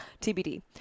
TBD